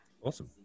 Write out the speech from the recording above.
Awesome